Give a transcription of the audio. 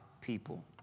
people